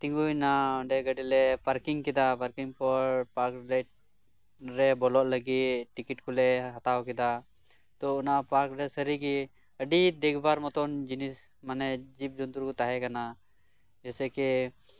ᱛᱤᱸᱜᱩᱭᱱᱟ ᱚᱸᱰᱮ ᱜᱟᱰᱤᱞᱮ ᱯᱟᱨᱠᱤᱝ ᱠᱮᱫᱟ ᱯᱟᱨᱠᱤᱝ ᱯᱚᱨ ᱯᱟᱨᱠ ᱨᱮ ᱵᱚᱞᱚᱜ ᱞᱟᱜᱤᱜ ᱴᱤᱠᱤᱴ ᱠᱚᱞᱮ ᱦᱟᱛᱟᱣ ᱠᱮᱫᱟ ᱛᱚ ᱚᱱᱟ ᱯᱟᱨᱠ ᱨᱮ ᱥᱟᱨᱤᱜᱮ ᱟᱰᱤ ᱫᱮᱠᱷᱵᱟᱨ ᱢᱚᱛᱚᱱ ᱡᱤᱱᱤᱥ ᱢᱟᱱᱮ ᱡᱤᱵᱽ ᱡᱚᱱᱛᱨᱩ ᱠᱚ ᱛᱟᱦᱮᱸ ᱠᱟᱱᱟ ᱡᱮᱥᱮ ᱠᱤ